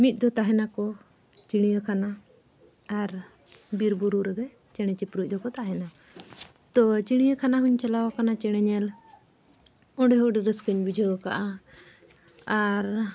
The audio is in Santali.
ᱢᱤᱫ ᱫᱚ ᱛᱟᱦᱮᱱᱟᱠᱚ ᱪᱤᱲᱭᱟᱠᱷᱟᱱᱟ ᱟᱨ ᱵᱤᱨ ᱵᱩᱨᱩ ᱨᱮᱜᱮ ᱪᱮᱬᱮ ᱪᱤᱯᱨᱩᱡ ᱫᱚᱠᱚ ᱛᱟᱦᱮᱱᱟ ᱛᱚ ᱪᱤᱲᱤᱭᱟᱠᱷᱟᱱᱟ ᱦᱚᱧ ᱪᱟᱞᱟᱣ ᱟᱠᱟᱱᱟ ᱪᱮᱬᱮ ᱧᱮᱞ ᱚᱸᱰᱮ ᱦᱚᱸ ᱟᱹᱰᱤ ᱨᱟᱹᱥᱠᱟᱹᱧ ᱵᱩᱡᱷᱟᱹᱣ ᱠᱟᱜᱼᱟ ᱟᱨ